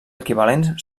equivalents